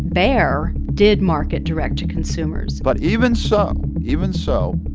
bayer did market direct to consumers but even so even so,